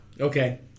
Okay